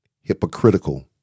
hypocritical